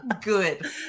good